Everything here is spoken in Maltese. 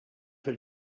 fil